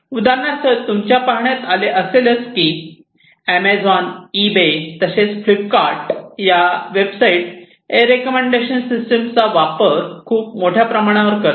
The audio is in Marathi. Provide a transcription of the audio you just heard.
उदाहरणार्थ तुमच्या पाहण्यात आले असेल की ऍमेझॉन इबे तसेच फ्लिपकार्ट या वेबसाइट रेकमेंडेशन सिस्टिम चा उपयोग खूप मोठ्या प्रमाणावर करतात